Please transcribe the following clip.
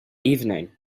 evening